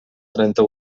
trenta